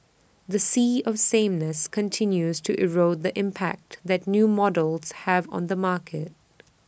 the sea of sameness continues to erode the impact that new models have on the market